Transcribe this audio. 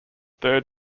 third